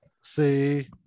See